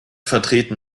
vertreten